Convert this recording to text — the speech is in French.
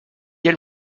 elle